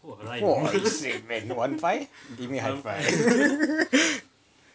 !wah! same man wan five give me high five